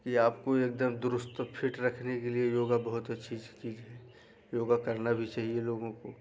कि आपको एकदम दुरुस्त फिट रखने के लिए योगा बहुत अच्छी चीज है योग करना भी चाहिए लोगों को